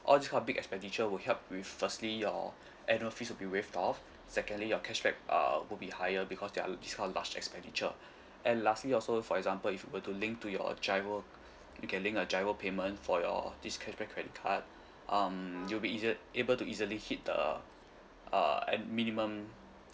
all this kind of big expenditure will help with firstly your annual fees will be waived off secondly your cashback uh would be higher because there are discount of large expenditure and lastly also for example if will to link to your GIRO you can link a GIRO payment for your this cashback credit card um you will be easier able to easily hit the uh and minimum